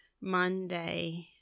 Monday